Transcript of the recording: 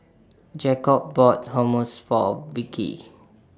Jakob bought Hummus For Vickey